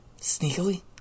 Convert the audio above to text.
sneakily